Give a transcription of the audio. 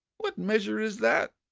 what measure is that?